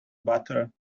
butter